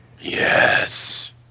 Yes